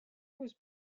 was